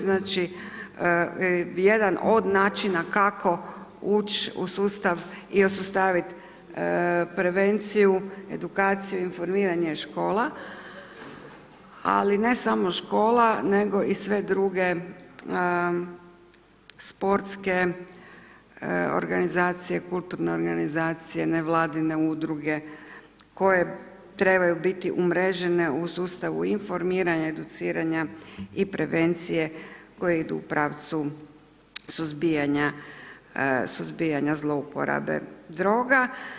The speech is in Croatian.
Znači jedan od načina kako ući u sustav i osposobiti prevenciju, edukaciju i informiranje je škola, ali ne samo škola nego i sve druge sportske organizacije, kulturne organizacije, nevladine udruge, koje trebaju biti umrežene u sustavu informiranja, educiranja i prevencije koje idu u pravcu suzbijanja zlouporabe droga.